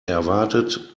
erwartet